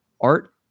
Art